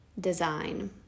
Design